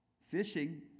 Fishing